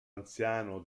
anziano